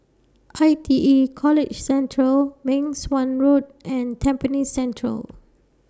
I T E College Central Meng Suan Road and Tampines Central